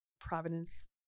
Providence